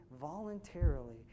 voluntarily